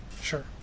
Sure